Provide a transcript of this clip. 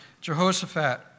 Jehoshaphat